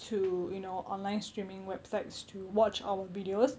to you know online streaming websites to watch our videos